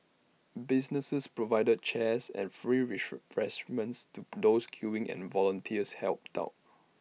businesses provided chairs and free fresh men's to those queuing and volunteers helped out